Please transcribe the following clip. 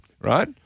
right